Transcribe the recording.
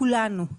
כולנו,